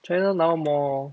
china now more